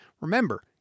Remember